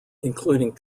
including